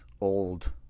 old